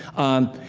um,